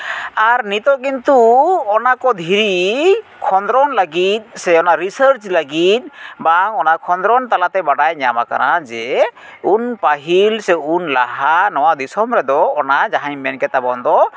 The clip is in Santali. ᱟᱨ ᱱᱤᱛᱚᱜ ᱠᱤᱱᱛᱩ ᱚᱱᱟᱠᱚ ᱫᱷᱤᱨᱤ ᱠᱷᱚᱸᱫᱽᱨᱚᱱ ᱞᱟᱹᱜᱤᱫ ᱥᱮ ᱚᱱᱟ ᱨᱤᱥᱟᱨᱪ ᱞᱟᱹᱜᱤᱫ ᱵᱟᱝ ᱚᱱᱟ ᱠᱷᱚᱸᱫᱽᱨᱚᱱ ᱛᱟᱞᱟᱛᱮ ᱵᱟᱰᱟᱭ ᱧᱟᱢ ᱠᱟᱱᱟ ᱡᱮ ᱩᱱ ᱯᱟᱹᱦᱤᱞ ᱥᱮ ᱩᱱ ᱞᱟᱦᱟ ᱱᱚᱣᱟ ᱫᱤᱥᱚᱢ ᱨᱮᱫᱚ ᱚᱱᱟ ᱡᱟᱦᱟᱸᱧ ᱢᱮᱱ ᱠᱮᱫ ᱛᱟᱵᱚᱱ ᱫᱚ